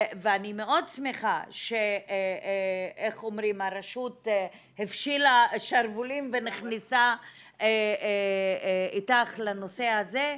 אני מאוד שמחה שהרשות הפשילה שרוולים ונכנסה איתך לנושא הזה,